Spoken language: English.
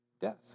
death